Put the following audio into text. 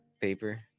Paper